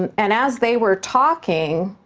and and as they were talking,